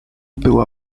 była